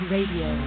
Radio